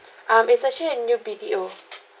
um is actually a new B_T_O